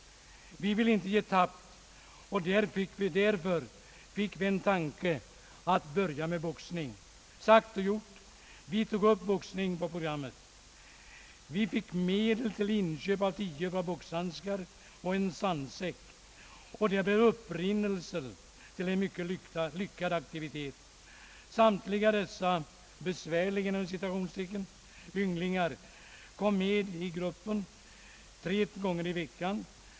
Vi ville inte ge tappt och därför fick vi en tanke att börja med boxning. Sagt och gjort, vi tog upp boxning på programmet. Vi fick medel till inköp av 10 par boxhandskar och en sandsäck och det blev upprinnelsen till en mycket lyckad aktivitet. Samtliga dessa ”besvärliga ynglingar kom med i gruppen ett par timmar tre gånger i veckan.